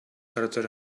carter